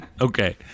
Okay